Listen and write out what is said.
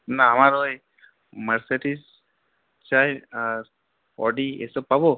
না আমার ওই মার্সিডিস চাই আর অডি এসব পাব